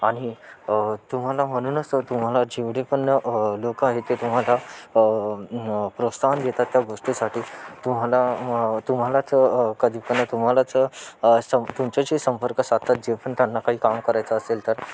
आणि तुम्हाला म्हणूनच सर तुम्हाला जेवढे पण लोकं आहेत ते तुम्हाला प्रोत्साहन देतात त्या गोष्टीसाठी तुम्हाला तुम्हालाच कधी पण तुम्हालाच संप तुमच्याशी संपर्क साधतात जे पण त्यांना काही काम करायचं असेल तर